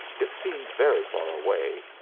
it seemed very far away,